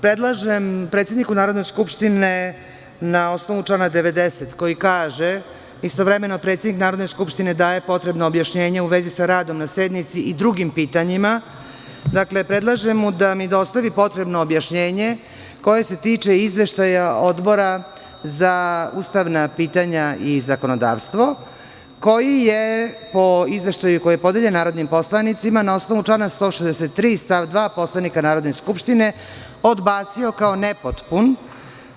Predlažem predsedniku Narodne skupštine da, na osnovu člana 90, koji kaže – istovremeno predsednik Narodne skupštine daje potrebna objašnjenja u vezi sa radom na sednici i drugim pitanjima, mi dostavi potrebno objašnjenje koje se tiče izveštaja Odbora za ustavna pitanja i zakonodavstvo, koji je, po izveštaju koji je podeljen narodnim poslanicima, na osnovu člana 163. stav 2. Poslovnika Narodne skupštine, odbacio kao nepotpun amandman.